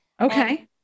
okay